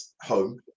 home